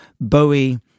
bowie